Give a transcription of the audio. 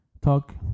talk